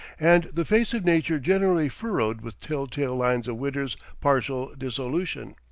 and the face of nature generally furrowed with tell-tale lines of winter's partial dissolution.